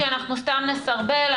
כי אנחנו סתם נסרבל.